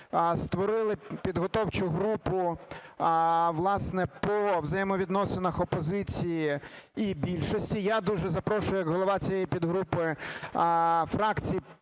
створили підготовчу групу, власне, по взаємовідносинах опозиції і більшості. Я дуже запрошую як голова цієї підгрупи фракції